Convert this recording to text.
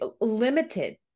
limited